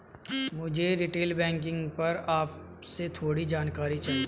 मुझे retail banking पर आपसे थोड़ी जानकारी चाहिए